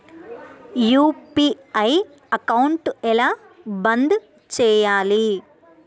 UPI account ఎలా బంద్ చేయాలి?